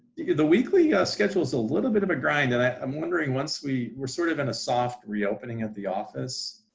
the weekly schedule's a little bit of a grind, and i'm wondering once we, we're sort of in a soft reopening at the office,